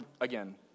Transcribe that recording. again